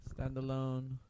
Standalone